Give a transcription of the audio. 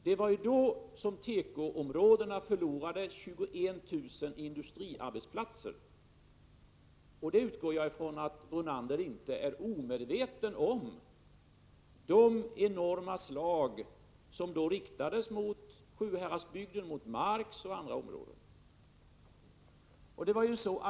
Det var ju då som tekoområdena förlorade 21 000 industriarbetsplatser. Jag utgår från att Brunander inte är omedveten om de enorma slag som då riktades mot Sjuhäradsbygden, mot Mark och andra områden.